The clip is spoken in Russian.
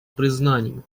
признанию